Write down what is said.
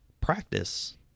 practice